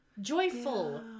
joyful